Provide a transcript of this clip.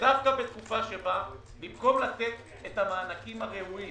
ודווקא בתקופה במקום לתת את המענקים הראויים